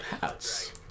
hats